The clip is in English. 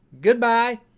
Goodbye